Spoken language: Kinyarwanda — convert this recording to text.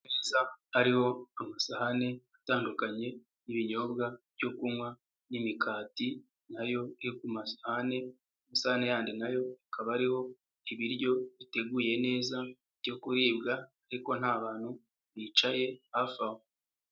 Hariho amasahani atandukanye, ibinyobwa byo kunywa n'imikati nayo ku masahani. Amasahani yandi nayo akaba ariho ibiryo biteguye neza byo kuribwa ariko nta bantu bicaye hafi aho.